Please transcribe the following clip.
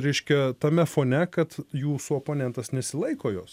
reiškia tame fone kad jūsų oponentas nesilaiko jos